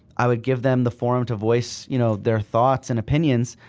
i would give them the forum to voice you know their thoughts and opinions,